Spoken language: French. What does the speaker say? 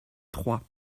trois